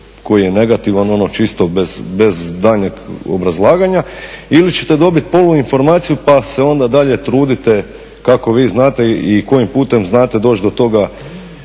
koji je negativan, ono čisto bez daljnjeg obrazlaganja ili ćete dobit poluinformaciju pa se onda dalje trudite kako vi znate i kojim putem znate doći do